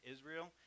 Israel